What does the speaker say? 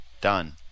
Done